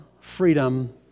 freedom